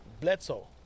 Bledsoe